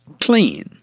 clean